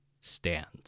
stands